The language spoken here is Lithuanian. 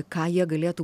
ką jie galėtų